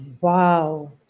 Wow